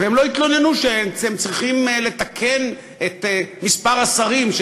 והם לא התלוננו שהם צריכים לתקן את מספר השרים,